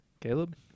caleb